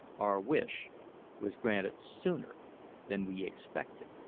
our wish was granted sooner than we expected.